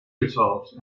results